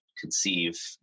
conceive